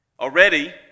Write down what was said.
Already